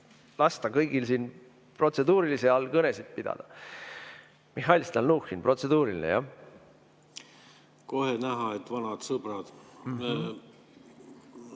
lasta kõigil siin protseduurilise all kõnesid pidada. Mihhail Stalnuhhin, protseduuriline, jah? Kohe näha, et vanad sõbrad!